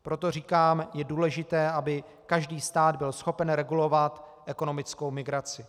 Proto říkám, je důležité, aby každý stát byl schopen regulovat ekonomickou migraci.